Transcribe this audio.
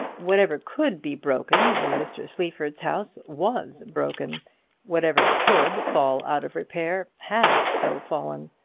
whatever could be broken in mr. sleaford's house was broken whatever could fall out of repair had so fallen.